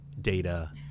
data